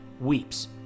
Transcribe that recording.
weeps